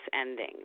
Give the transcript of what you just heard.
ending